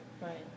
right